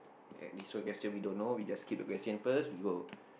and this one question we don't know we just skip the question first we go